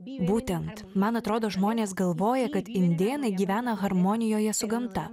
būtent man atrodo žmonės galvoja kad indėnai gyvena harmonijoje su gamta